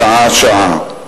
שעה-שעה.